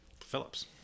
phillips